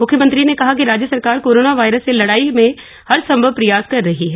मुख्यमंत्री ने कहा कि राज्य सरकार कोरोना वायरस से लड़ाई में हर संभव प्रयास कर रही है